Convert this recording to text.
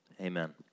Amen